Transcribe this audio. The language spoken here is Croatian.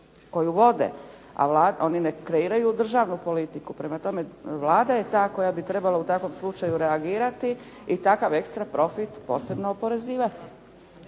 koju vode, a oni ne kreiraju državnu politiku. Prema tome, Vlada je ta koja bi trebala u takvom slučaju reagirati i takav ekstra profit posebno oporezivati.